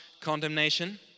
condemnation